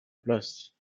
places